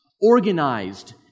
organized